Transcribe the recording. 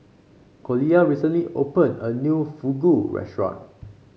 Collier recently opened a new Fugu Restaurant